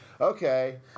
okay